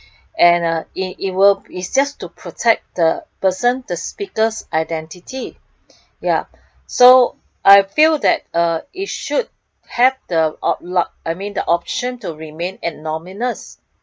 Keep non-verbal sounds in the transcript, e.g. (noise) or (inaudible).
and uh it it will it just to protect the person the speaker's identity (breath) yup so I feel that uh it should have the opt~ lu~ I mean the option to remain anonymous